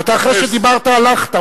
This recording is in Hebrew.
אתה, אחרי שדיברת הלכת.